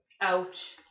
Ouch